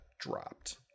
dropped